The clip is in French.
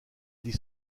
dit